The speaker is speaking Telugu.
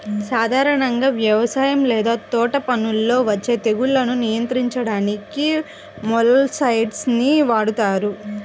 సాధారణంగా వ్యవసాయం లేదా తోటపనుల్లో వచ్చే తెగుళ్లను నియంత్రించడానికి మొలస్సైడ్స్ ని వాడుతారు